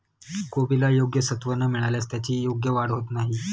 कोबीला योग्य सत्व न मिळाल्यास त्याची योग्य वाढ होत नाही